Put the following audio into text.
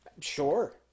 Sure